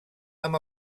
amb